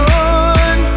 on